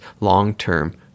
long-term